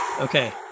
Okay